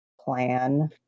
plan